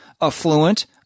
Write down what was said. affluent